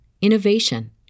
innovation